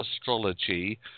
astrology